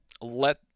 let